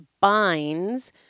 binds